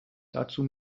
dazu